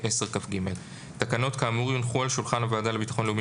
10כג. תקנות כאמור יונחו על שולחן הוועדה לביטחון לאומי